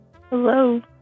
hello